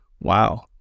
Wow